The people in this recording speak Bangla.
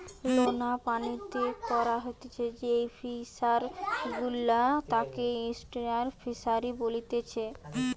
লোনা পানিতে করা হতিছে যেই ফিশারি গুলা তাকে এস্টুয়ারই ফিসারী বলেতিচ্ছে